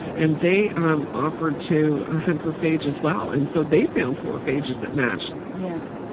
and they um offered to hunt for phage as well. and so they found four phages that matched yeah.